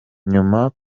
nyuma